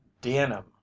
Denim